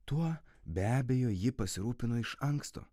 tuo be abejo ji pasirūpino iš anksto